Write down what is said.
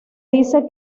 dice